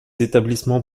établissements